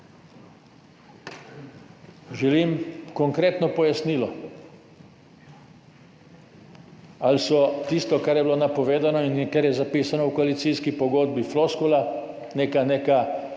Želim konkretno pojasnilo, ali je tisto kar je bilo napovedano in kar je zapisano v koalicijski pogodbi, floskula, neka zadeva